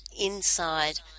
inside